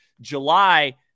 July –